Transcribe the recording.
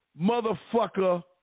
motherfucker